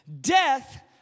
Death